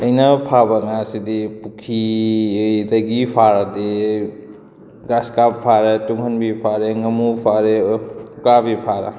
ꯑꯩꯅ ꯐꯥꯕ ꯉꯥꯁꯤꯗꯤ ꯄꯨꯈ꯭ꯔꯤꯗꯒꯤ ꯐꯥꯔꯗꯤ ꯒ꯭ꯔꯥꯁ ꯀꯥꯕ ꯐꯥꯔꯦ ꯇꯨꯡꯍꯟꯕꯤ ꯐꯥꯔꯦ ꯉꯥꯃꯨ ꯐꯥꯔꯦ ꯎꯀꯥꯕꯤ ꯐꯥꯔꯦ